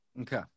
Okay